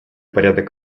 порядок